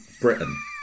Britain